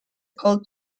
called